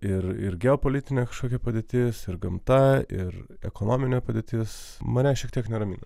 ir ir geopolitinė kažkokia padėtis ir gamta ir ekonominė padėtis mane šiek tiek neramina